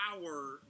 power